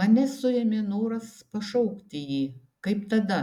mane suėmė noras pašaukti jį kaip tada